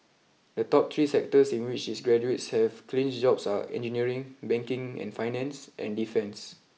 the top three sectors in which its graduates have clinched jobs are engineering banking and finance and defence